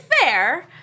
fair